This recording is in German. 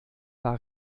war